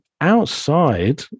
outside